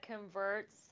converts